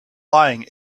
lying